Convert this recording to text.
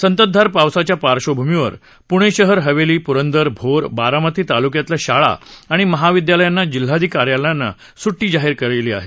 संततधार पावसाच्या पार्डभूमीवर पृणे शहर हवेली पुरंदर भोर बारामती तालुक्यातल्या शाळा आणि महाविद्यालयाना जिल्हाधिकारी कार्यालयाना सुट्टी जाहीर केली आहे